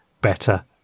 better